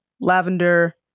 lavender